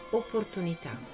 opportunità